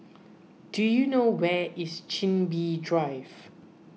do you know where is Chin Bee Drive